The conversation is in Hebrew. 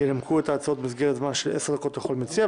ינמקו את ההצעות במסגרת זמן של עשר דקות לכל מציע,